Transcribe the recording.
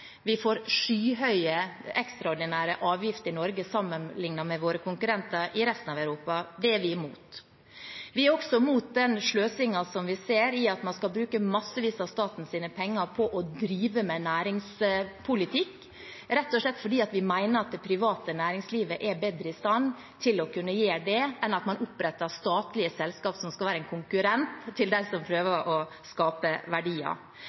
Vi får skyhøye, ekstraordinære avgifter i Norge sammenlignet med våre konkurrenter i resten av Europa. Det er vi imot. Vi er også imot den sløsingen vi ser, ved at man skal bruke massevis av statens penger på å drive med næringspolitikk – rett og slett fordi vi mener at det private næringslivet er bedre i stand til å kunne gjøre det enn statlig opprettede selskaper som skal være konkurrenter til dem som prøver å skape verdier.